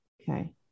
Okay